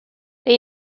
they